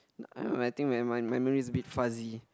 I don't know what I think man my memory is a bit fuzzy